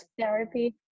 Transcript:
therapy